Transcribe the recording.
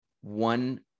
one